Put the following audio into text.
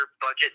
budget